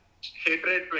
hatred